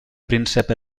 príncep